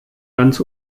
ganz